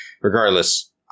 regardless